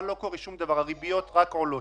אבל לא קורה שום דבר הריביות רק עולות.